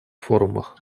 форумах